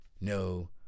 No